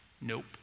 Nope